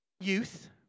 youth